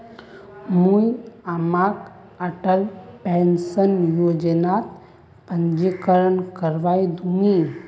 मुई अम्माक अटल पेंशन योजनात पंजीकरण करवइ दिमु